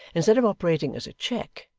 instead of operating as a check,